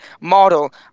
model